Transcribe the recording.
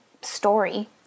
story